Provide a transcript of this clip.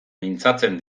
mintzatzen